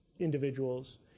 individuals